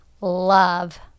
love